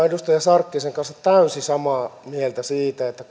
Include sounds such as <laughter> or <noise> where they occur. <unintelligible> edustaja sarkkisen kanssa täysin samaa mieltä siitä että <unintelligible>